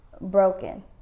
broken